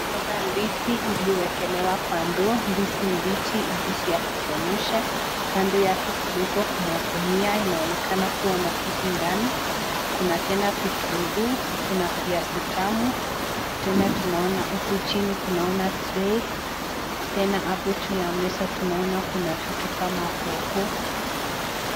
Tunaona ndizi iliyowekelewa kwa ndoo. Ndizi hizi mbichi ni ndizi ya kuchemsha. Kando yake kidogo kuna gunia inaonekana kua na vitu ndani. Kuna tena vitunguu. Kuna viazi tamu. Tena tunaona huku chini, tunaona kuna tray . Tena hapo juu ya meza tunaona kuna vitu kama hoho